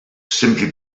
simply